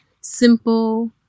simple